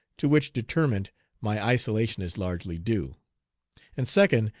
to which determent my isolation is largely due and second,